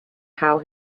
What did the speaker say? how